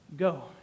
Go